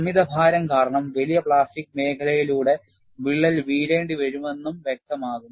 അമിതഭാരം കാരണം വലിയ പ്ലാസ്റ്റിക് മേഖലയിലൂടെ വിള്ളൽ വീഴേണ്ടിവരുമെന്നും വ്യക്തമാകും